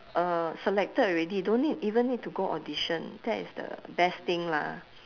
uh selected already don't need even need to go audition that is the best thing lah